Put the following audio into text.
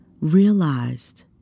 realized